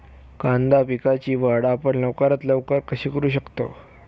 कांदा पिकाची वाढ आपण लवकरात लवकर कशी करू शकतो?